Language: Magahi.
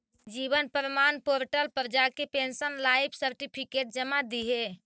जीवन प्रमाण पोर्टल पर जाके पेंशनर लाइफ सर्टिफिकेट जमा दिहे